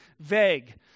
vague